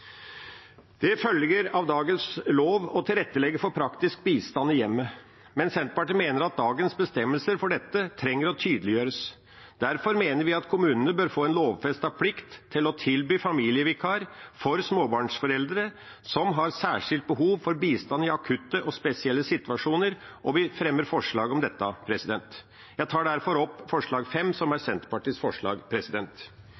Det følger av dagens lov å tilrettelegge for praktisk bistand i hjemmet, men Senterpartiet mener at dagens bestemmelser for dette trenger å tydeliggjøres. Derfor mener vi at kommunene bør få en lovfestet plikt til å tilby familievikar for småbarnsforeldre som har særskilt behov for bistand i akutte og spesielle situasjoner, og vi fremmer forslag om dette. Jeg tar derfor opp forslag nr. 5, som er